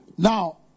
Now